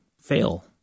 fail